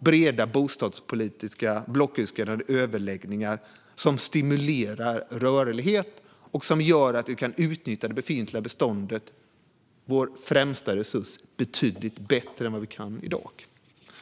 breda bostadspolitiska blocköverskridande överläggningar som stimulerar rörlighet och som gör att vi kan utnyttja det befintliga beståndet, vår främsta resurs, betydligt bättre än vad vi kan i dag.